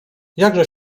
jakże